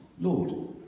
Lord